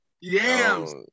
Yams